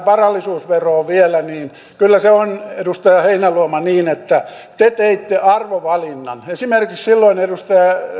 varallisuusveroon vielä niin kyllä se on edustaja heinäluoma niin että te teitte arvovalinnan esimerkiksi silloin edustaja